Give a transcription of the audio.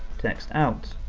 text out.